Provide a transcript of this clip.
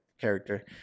character